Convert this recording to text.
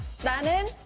salmon,